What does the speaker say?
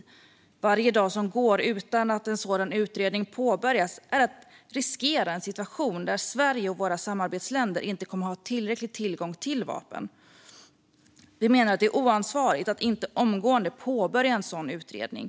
Varje dag som går utan att en sådan utredning påbörjats innebär att Sverige och våra samarbetsländer riskerar att hamna i en situation där vi inte kommer att ha tillräcklig tillgång till vapen. Vi menar att det är oansvarigt att inte omgående påbörja en sådan utredning.